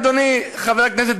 אדוני השר,